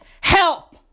help